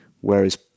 whereas